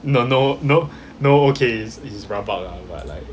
no no no no okay this is rabak lah but like